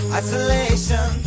isolation